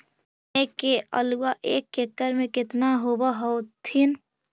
अपने के आलुआ एक एकड़ मे कितना होब होत्थिन?